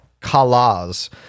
kalas